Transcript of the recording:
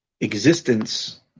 existence